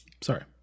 sorry